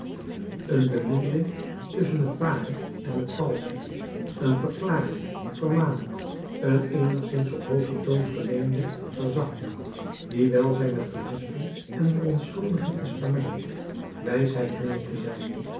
een bemiddeling tusschen het ware en het valsche een verklaring vermaning een eenigszins op hoogen toon verleende verzachting die wijl zij met berisping en verontschuldiging is vermengd wijsheid meent te zijn